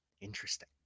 interesting